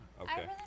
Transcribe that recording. Okay